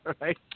Right